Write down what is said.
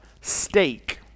steak